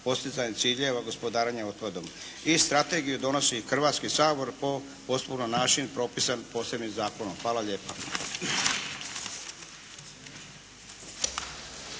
postizanje ciljeva gospodarenje otpadom. I strategiju donosi Hrvatski sabor po posebno našim propisanim posebnim zakonom. Hvala lijepo.